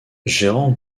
gérant